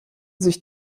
sich